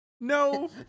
no